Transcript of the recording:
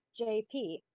JP